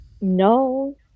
No